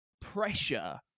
pressure